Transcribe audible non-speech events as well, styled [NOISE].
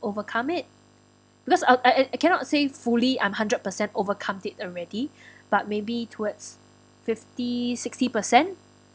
overcome it because I I I cannot say fully I'm hundred percent overcome it already [BREATH] but maybe towards fifty sixty percent